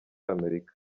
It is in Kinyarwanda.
amerika